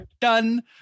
Done